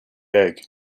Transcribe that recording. egg